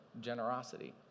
generosity